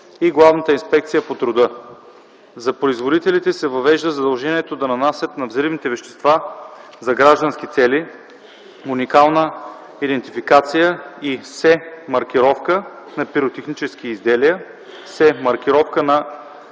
и Главната инспекция по труда. За производителите се въвежда задължението да нанасят на взривните вещества за граждански цели уникална идентификация и “СЕ” маркировка, на пиротехническите изделия – “СЕ” маркировка, на